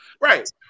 right